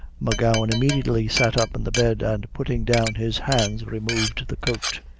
m'gowan immediately sat up in the bed, and putting down his hands, removed the coat.